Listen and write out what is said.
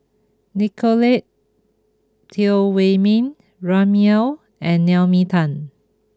Nicolette Teo Wei min Remy Ong and Naomi Tan